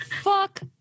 Fuck